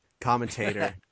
commentator